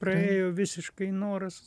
praėjo visiškai noras